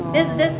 orh